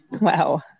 Wow